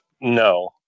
no